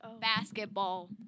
Basketball